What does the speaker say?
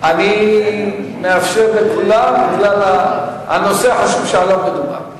אני מאפשר לכולם, בגלל הנושא החשוב שבו מדובר.